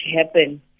happen